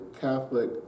Catholic